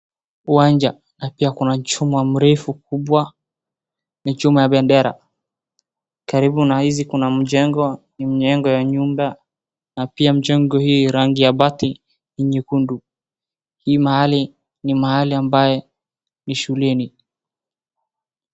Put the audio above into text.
Uwanja na pia kuna chuma mrefu kubwa, ni chuma ya bendera. Karibu na hizi pia kuna mjengo, ni mjengo ya nyumba na pia mjengo hii rangi ya bati ni nyekundu. Hii mahali ni mahali ambayo ni shuleni.